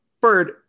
Bird